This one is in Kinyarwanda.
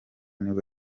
nibwo